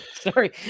Sorry